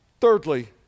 Thirdly